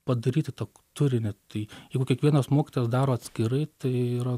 padaryti to turinio tai jeigu kiekvienas mokytojas daro atskirai tai yra